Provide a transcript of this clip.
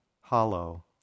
hollow